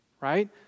right